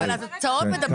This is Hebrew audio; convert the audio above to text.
התוצאות מדברות בעד עצמן.